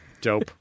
Dope